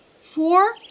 four